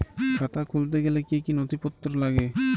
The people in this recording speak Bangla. খাতা খুলতে গেলে কি কি নথিপত্র লাগে?